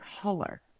color